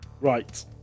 Right